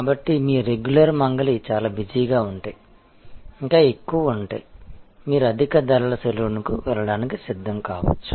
కాబట్టి మీ రెగ్యులర్ మంగలి చాలా బిజీగా ఉంటే ఇంకా ఎక్కువ ఉంటే మీరు అధిక ధరల సెలూన్కి వెళ్లడానికి సిద్ధం కావచ్చు